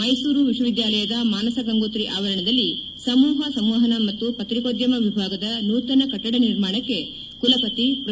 ಮೈಸೂರು ವಿಶ್ವವಿದ್ಯಾಲಯದ ಮಾನಸಗಂಗೋತ್ರಿ ಆವರಣದಲ್ಲಿ ಸಮೂಹ ಸಂವಹನ ಮತ್ತು ಪತ್ರಿಕೋದ್ಯಮ ವಿಭಾಗದ ನೂತನ ಕಟ್ವದ ನಿರ್ಮಾಣಕ್ಕೆ ಕುಲಪತಿ ಪ್ರೊ